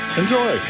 enjoy